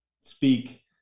speak